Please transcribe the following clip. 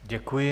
Děkuji.